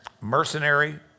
mercenary